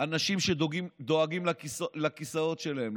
אנשים שדואגים לכיסאות שלהם.